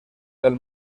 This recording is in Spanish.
del